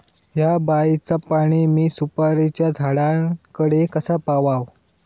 हया बायचा पाणी मी सुपारीच्या झाडान कडे कसा पावाव?